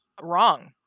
wrong